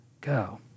Go